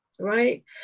right